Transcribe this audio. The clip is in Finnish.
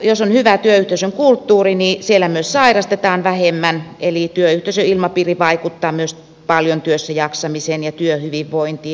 jos on hyvä työyhteisön kulttuuri niin siellä myös sairastetaan vähemmän eli työyhteisön ilmapiiri vaikuttaa paljon myös työssäjaksamiseen ja työhyvinvointiin